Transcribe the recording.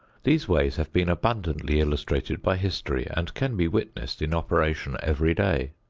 these ways have been abundantly illustrated by history and can be witnessed in operation every day.